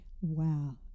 wow